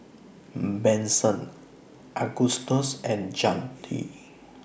Benson Agustus and Zadie